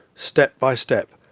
step by step,